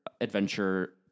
adventure